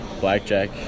blackjack